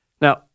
Now